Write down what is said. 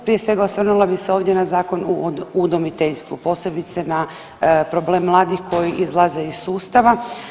Prije svega, osvrnula bih se ovdje na Zakon o udomiteljstvu, posebice na problem mladih koji izlaze iz sustava.